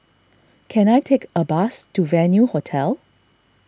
can I take a bus to Venue Hotel